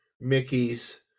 Mickey's